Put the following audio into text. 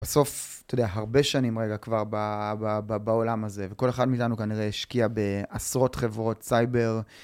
בסוף, אתה יודע, הרבה שנים כבר בעולם הזה, וכל אחד מאיתנו כנראה השקיע בעשרות חברות סייבר.